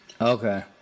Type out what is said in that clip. Okay